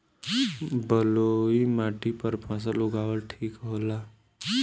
बलुई माटी पर फसल उगावल ठीक होला?